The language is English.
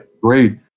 great